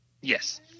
Yes